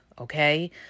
Okay